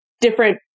different